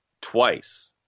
twice